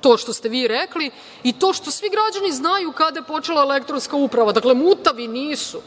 to što ste vi rekli i to što svi građani znaju kada je počela elektronska uprava, dakle, mutavi nisu.